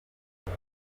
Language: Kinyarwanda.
ati